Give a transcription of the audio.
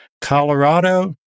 Colorado